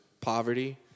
poverty